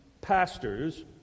pastors